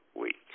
week